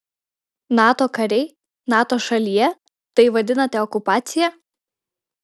nato kariai nato šalyje tai vadinate okupacija